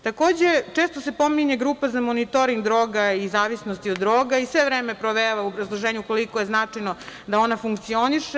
Takođe, često se pominje Grupa za monitoring droga i zavisnosti od droga i sve vreme provejava u obrazloženju koliko je značajno da ona funkcioniše.